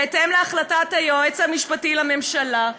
בהתאם להחלטת היועץ המשפטי לממשלה,